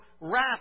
wrath